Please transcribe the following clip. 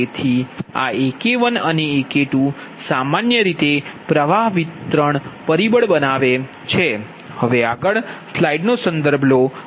તેથી આ AK1 અને AK2 સામાન્ય રીતે તે પ્ર્વાહ વિતરણ પરિબળ બનાવે છે